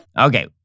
Okay